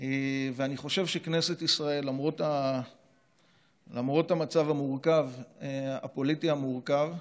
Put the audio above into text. אני חושב שכנסת ישראל, למרות המצב הפוליטי המורכב,